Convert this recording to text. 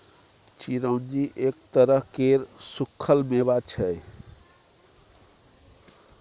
चिरौंजी एक तरह केर सुक्खल मेबा छै